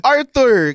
Arthur